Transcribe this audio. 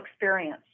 experience